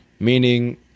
meaning